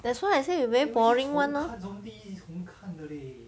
that's why I say you very boring [one] orh